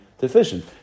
deficient